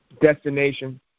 destination